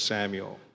Samuel